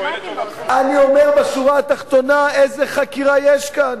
אני אומר, בשורה התחתונה, איזו חקירה יש כאן.